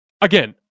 again